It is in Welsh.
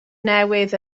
newydd